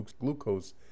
glucose